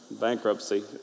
Bankruptcy